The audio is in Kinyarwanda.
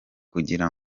kugira